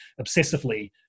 obsessively